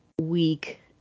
weak